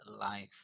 life